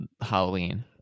halloween